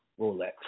Rolex